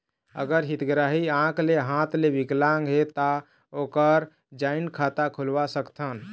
अगर हितग्राही आंख ले हाथ ले विकलांग हे ता ओकर जॉइंट खाता खुलवा सकथन?